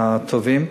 הטובים.